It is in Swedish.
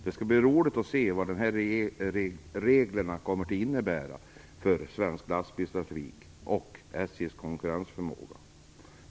Det skall bli intressant att se vad dessa regler kommer att innebära för svensk lastbilstrafik och för SJ:s konkurrensförmåga.